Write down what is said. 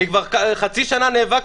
אני כבר חצי שנה נאבק,